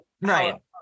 right